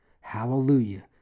hallelujah